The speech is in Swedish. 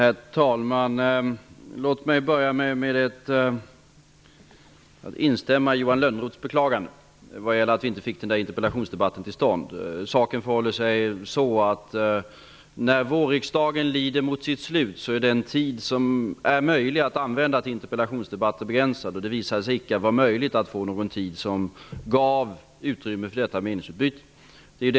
Herr talman! Låt mig börja med att instämma i Johan Lönnroths beklagande att vi inte fick den där interpellationsdebatten till stånd. När vårriksdagen lider mot sitt slut är den tid som är möjlig att använda till interpellationsdebatter begränsad. Det visade sig inte vara möjligt att få någon tid som gav utrymme för detta meningsutbyte.